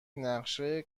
نقشه